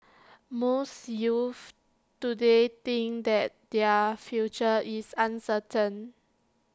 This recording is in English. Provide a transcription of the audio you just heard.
most youths today think that their future is uncertain